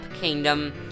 Kingdom